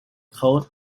cold